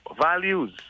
values